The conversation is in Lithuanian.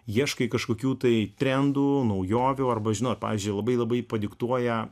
ieškai kažkokių tai trendų naujovių arba žino pavyzdžiui labai labai padiktuoja